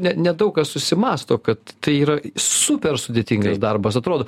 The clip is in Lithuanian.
ne nedaug kas susimąsto kad tai yra super sudėtingas darbas atrodo